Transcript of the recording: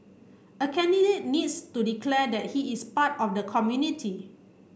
a candidate needs to declare that he is part of the community